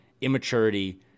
immaturity